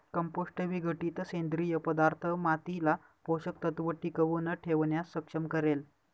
compost विघटित सेंद्रिय पदार्थ मातीला पोषक तत्व टिकवून ठेवण्यास सक्षम करेल